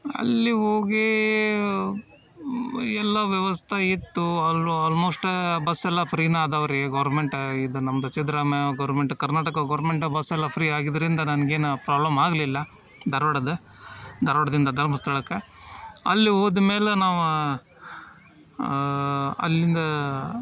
ಅಲ್ಲಿ ಹೋಗಿ ಎಲ್ಲ ವ್ಯವಸ್ಥೆ ಇತ್ತು ಅಲ್ಲೂ ಆಲ್ಮೋಸ್ಟಾ ಬಸ್ ಎಲ್ಲ ಫ್ರೀನ ಅದಾವೆ ರೀ ಗೋರ್ಮೆಂಟ ಇದು ನಮ್ದು Siddaramaiah government Karnataka government bus ಎಲ್ಲ ಫ್ರೀ ಆಗಿದ್ದರಿಂದ ನನ್ಗೇನೂ ಪ್ರಾಬ್ಲಮ್ ಆಗಲಿಲ್ಲ ಧಾರ್ವಾಡದ ಧಾರ್ವಾಡದಿಂದ ಧರ್ಮಸ್ಥಳಕ್ಕೆ ಅಲ್ಲಿ ಹೋದ ಮೇಲೆ ನಾವು ಅಲ್ಲಿಂದ